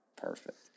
Perfect